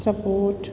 support